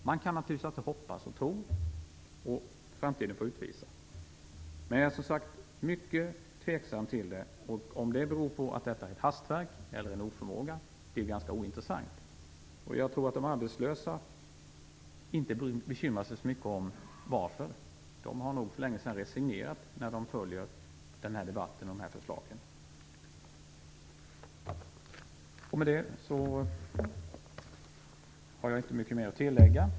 Man kan naturligtvis alltid hoppas och tro. Framtiden får utvisa hur det blir. Men, som sagt, jag är mycket tveksam. Om det beror på att detta är ett hastverk eller på att det finns en oförmåga är ganska ointressant. Jag tror inte att de arbetslösa bekymrar sig så mycket om varför. De har nog för länge sedan resignerat när de har följt den här debatten och hört dessa förslag. Jag har inte mycket mer att tillägga.